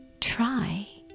try